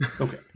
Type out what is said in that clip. Okay